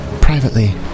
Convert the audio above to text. Privately